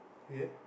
ya